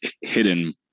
hidden